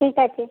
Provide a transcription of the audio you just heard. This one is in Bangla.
ঠিক আছে